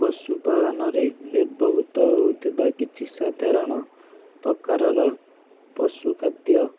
ପଶୁ ପାଳନରେ ବ୍ୟବହୃତ ହେଉଥିବା କିଛି ସାଧାରଣ ପ୍ରକାରର ପଶୁ ଖାଦ୍ୟ